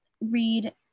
read